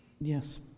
Yes